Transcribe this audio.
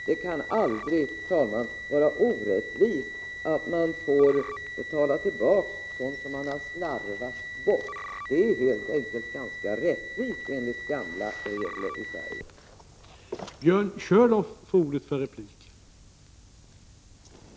Det kan aldrig, herr talman, vara orättvist att någon får betala tillbaka det som han har ”slarvat bort” — det är helt enkelt ganska rättvist, enligt gamla regler i Sverige.